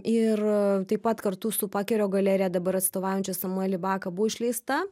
ir taip pat kartu su pakerio galerija dabar atstovaujančia samuelį baką buvo išleista